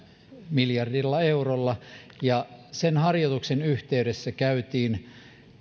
miljardilla eurolla ja sen harjoituksen yhteydessä käytiin